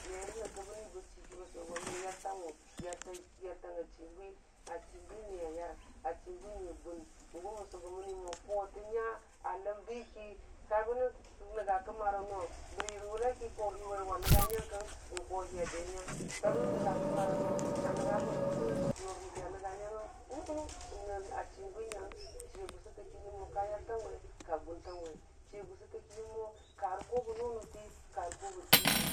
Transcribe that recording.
merə nyənkə ni ba chi ki ba sʊwego me yartangwʊng, yar tang a chim bwi a chinwi ni a yur a chin bwi ni a yʊn gʊmən sʊgʊmən me mo ko tə nya a ləmbi ki karbənə nənga kərnarang no bəri rə wʊlaik kowarwa nənga nyankəng kohin be nyang karbənə nənga kəmarang no a nənga nyənəki yubihi a nənga nyangəng a chin bwi nyang chiya gʊsʊtə ki yəm nyəmmo ka kayartangwe ka gʊntangwe chiya gʊsʊ ta ki nyəmmo karə ko bən nʊ nuti.